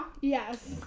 Yes